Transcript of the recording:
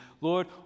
Lord